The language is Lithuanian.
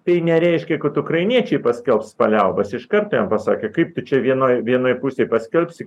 tai nereiškia kad ukrainiečiai paskelbs paliaubas iškart pasakė kaip tu čia vienoj vienoj pusej paskelbsi